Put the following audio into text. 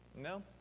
No